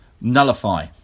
nullify